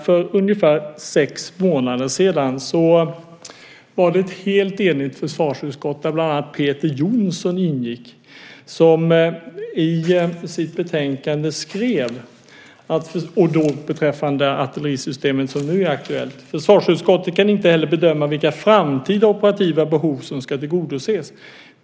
För ungefär sex månader sedan var det ett helt enigt försvarsutskott, där bland annat Peter Jonsson ingick, som beträffande det artillerisystem som nu är aktuellt skrev i sitt betänkande: "Försvarsutskottet kan inte heller bedöma vilka framtida operativa behov som skall tillgodoses.